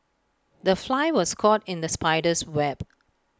the fly was caught in the spider's web